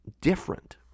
different